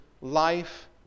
life